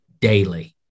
daily